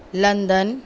London